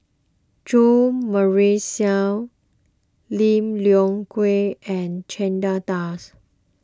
Jo Marion Seow Lim Leong Geok and Chandra Das